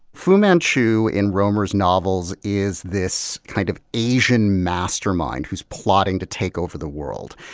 fu manchu in rohmer's novels is this kind of asian mastermind who's plotting to take over the world.